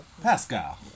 Pascal